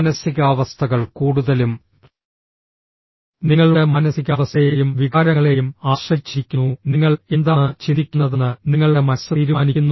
മാനസികാവസ്ഥകൾ കൂടുതലും നിങ്ങളുടെ മാനസികാവസ്ഥയെയും വികാരങ്ങളെയും ആശ്രയിച്ചിരിക്കുന്നു നിങ്ങൾ എന്താണ് ചിന്തിക്കുന്നതെന്ന് നിങ്ങളുടെ മനസ്സ് തീരുമാനിക്കുന്നു